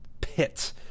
pit